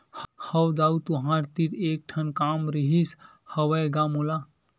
हव दाऊ तुँहर तीर एक ठन काम रिहिस हवय गा मोला